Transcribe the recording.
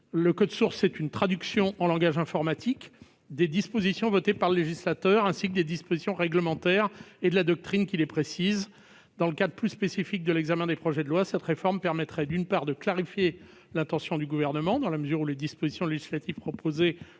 Le code source est une traduction en langage informatique des dispositions votées par le législateur, ainsi que des dispositions réglementaires et de la doctrine qui les précisent. Dans le cadre plus spécifique de l'examen des lois de finances, cette réforme permettrait, d'une part, de clarifier l'intention du Gouvernement, dans la mesure où les dispositions législatives proposées